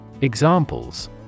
Examples